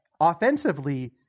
offensively